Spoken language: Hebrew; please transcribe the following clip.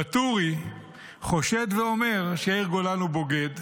ואטורי חושד ואומר שיאיר גולן הוא בוגד.